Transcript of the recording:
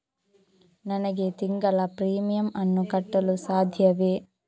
ನನಗೆ ತಿಂಗಳ ಪ್ರೀಮಿಯಮ್ ಅನ್ನು ಕಟ್ಟಲು ಸಾಧ್ಯವೇ?